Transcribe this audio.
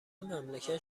مملکت